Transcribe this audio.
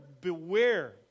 beware